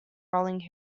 rolling